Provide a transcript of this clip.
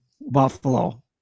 Buffalo